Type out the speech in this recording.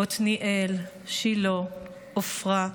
עתניאל, שילה, עפרה,